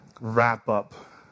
wrap-up